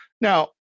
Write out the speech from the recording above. Now